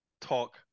talk